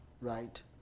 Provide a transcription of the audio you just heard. right